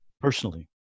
personally